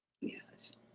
Yes